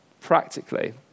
practically